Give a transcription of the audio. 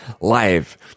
Live